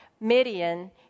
Midian